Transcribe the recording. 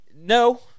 No